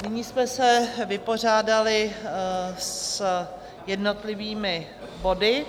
Nyní jsme se vypořádali s jednotlivými body.